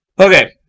okay